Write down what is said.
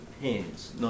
hands